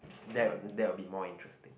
that would that would be more interesting